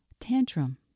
tantrum